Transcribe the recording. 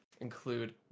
include